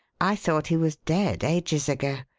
i thought he was dead ages ago.